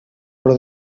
però